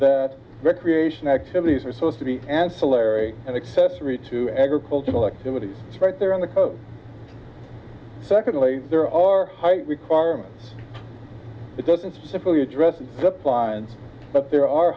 that recreation activities are supposed to be ancillary and accessory to agricultural activities right there on the coast secondly there are height requirements it doesn't specifically address the pines but there are